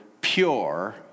pure